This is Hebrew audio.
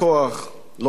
לא כוח גדול,